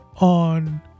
on